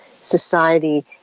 society